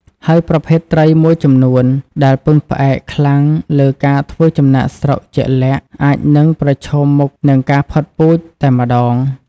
ហើយប្រភេទត្រីមួយចំនួនដែលពឹងផ្អែកខ្លាំងលើការធ្វើចំណាកស្រុកជាក់លាក់ អាចនឹងប្រឈមមុខនឹងការផុតពូជតែម្ដង។